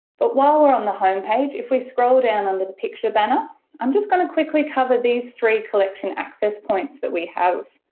but while we're on the home page if we scroll down under the picture banner i'm just going to quickly cover these three collection access points that we have.